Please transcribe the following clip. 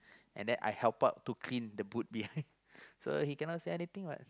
and then I help out to clean the boot behind so he cannot say anything what